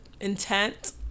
intent